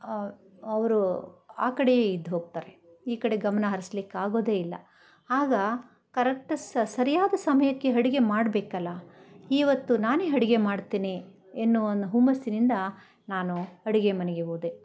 ಅವರು ಆ ಕಡೆಯೇ ಇದ್ದು ಹೋಗ್ತಾರೆ ಈ ಕಡೆ ಗಮನ ಹರ್ಸ್ಲಿಕ್ಕೆ ಆಗೋದೇ ಇಲ್ಲ ಆಗ ಕರೆಕ್ಟ್ ಸರಿಯಾದ ಸಮಯಕ್ಕೆ ಅಡ್ಗೆ ಮಾಡಬೇಕಲ್ಲ ಈವತ್ತು ನಾನೇ ಅಡ್ಗೆ ಮಾಡ್ತೆನೆ ಎನ್ನುವೊಂದು ಹುಮ್ಮಸ್ಸಿನಿಂದ ನಾನು ಅಡುಗೆ ಮನೆಗೆ ಹೋದೆ